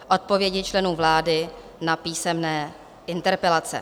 Odpovědi členů vlády na písemné interpelace